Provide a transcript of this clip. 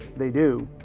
they do.